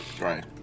Right